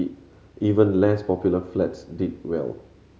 even less popular flats did well